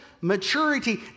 maturity